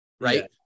right